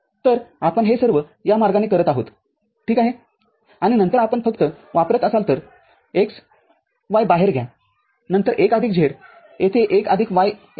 तरआपण हे सर्व या मार्गाने करत आहोत ठीक आहे आणि नंतर आपण फक्त वापरत असाल तर x y बाहेर घ्या नंतर १ आदिक z येथे येते १ आदिक y येथे येते